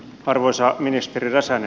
arvoisa ministeri räsänen